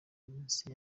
iminsi